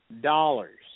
dollars